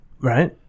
Right